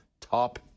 top